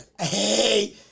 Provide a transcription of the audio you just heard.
Hey